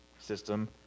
system